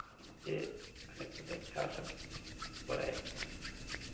ᱡᱮ ᱟᱞᱮ ᱫᱚᱞᱮ ᱪᱟᱥ ᱟᱹᱜᱩ ᱵᱟᱲᱟᱭᱮᱜ ᱠᱚᱣᱟ